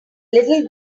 little